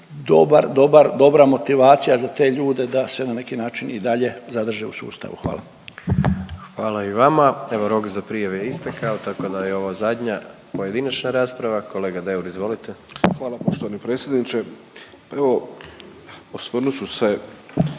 dobar, dobar, dobra motivacija za te ljude da se na neki način i dalje zadrže u sustavu. Hvala. **Jandroković, Gordan (HDZ)** Hvala i vama. Evo, rok za prijave je istekao, tako da je ovo zadnja pojedinačna rasprava. Kolega Deur, izvolite. **Deur, Ante (HDZ)** Hvala poštovani predsjedniče, evo, osvrnut ću se